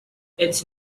its